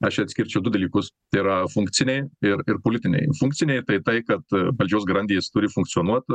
aš atskirčiau du dalykus tai yra funkciniai ir ir politiniai funkciniai tai kad valdžios grandys turi funkcionuot